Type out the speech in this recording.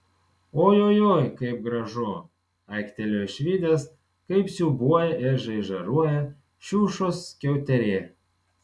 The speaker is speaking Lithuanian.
ojojoi kaip gražu aiktelėjo išvydęs kaip siūbuoja ir žaižaruoja šiušos skiauterė